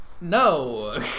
no